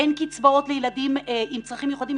אין קצבאות לילדים עם צרכים מיוחדים,